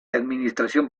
administración